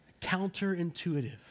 counterintuitive